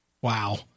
Wow